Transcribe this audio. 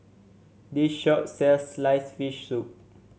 this shop sells sliced fish soup